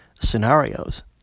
scenarios